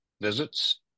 visits